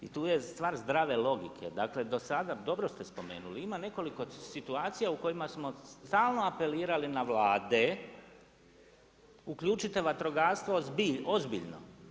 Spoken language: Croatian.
I tu je stvar zdrave logike, dakle, do sada, dobro ste spomenuli ima nekoliko situacija u kojima smo stalno apelirali na vlade, uključite vatrogastvo ozbiljno.